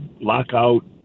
lockout